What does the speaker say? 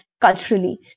culturally